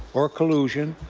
or collusion,